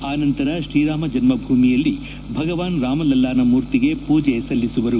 ಆನಂತರ ಶ್ರೀರಾಮ ಜನ್ಮಭೂಮಿಯಲ್ಲಿ ಭಗವಾನ್ ರಾಮಲಲ್ಲಾನ ಮೂರ್ತಿಗೆ ಪೂಜೆ ಸಲ್ಲಿಸಲಿದ್ದಾರೆ